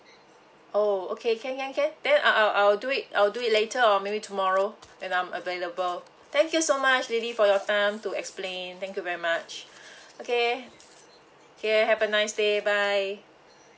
oh okay can can can then I'll I'll do it I'll do it later or maybe tomorrow when I'm available thank you so much lily for your time to explain thank you very much okay okay have a nice day bye